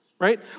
right